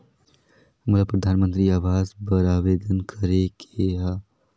मोला परधानमंतरी आवास बर आवेदन करे के हा?